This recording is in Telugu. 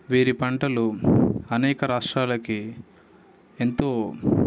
వీరి పంటలు అనేక రాష్ట్రాలకి ఎంతో